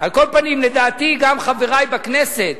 על כל פנים, לדעתי, גם חברי בכנסת